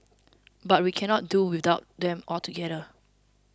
but we cannot do without them altogether